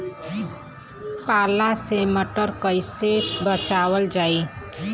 पाला से मटर कईसे बचावल जाई?